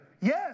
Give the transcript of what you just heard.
Yes